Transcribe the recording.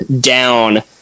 down